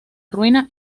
ruina